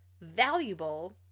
valuable